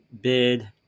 bid